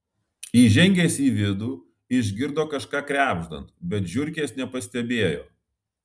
įžengęs į vidų išgirdo kažką krebždant bet žiurkės nepastebėjo